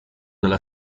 della